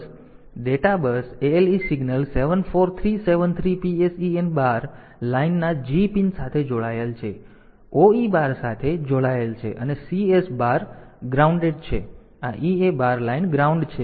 demultiplexed data bus ALE signal 74373 PSEN bar લાઇનના g pin સાથે જોડાયેલ છે OE બાર સાથે જોડાયેલ છે અને CS બાર લાઇન ગ્રાઉન્ડ છે અને આ EA બાર લાઇન ગ્રાઉન્ડ છે